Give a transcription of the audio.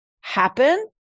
happen